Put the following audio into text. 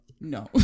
No